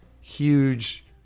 huge